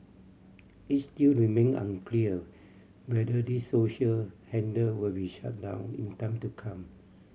it still remain unclear whether these social handle will be shut down in time to come